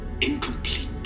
incomplete